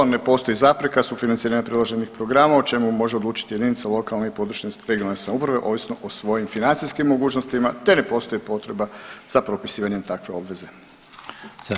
Ne postoji zapreka sufinanciranja predloženih programa o čemu može odlučiti jedinica lokalne i područne (regionalne) samouprave ovisno o svojim financijskim mogućnostima, te ne postoji potreba za propisivanjem takve obveze.